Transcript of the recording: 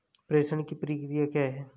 प्रेषण की प्रक्रिया क्या है?